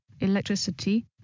electricity